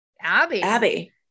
Abby